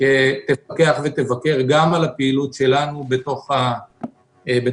שתפקח ותבקר גם על הפעילות שלנו בתוך המשטרה.